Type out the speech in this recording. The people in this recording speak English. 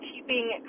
keeping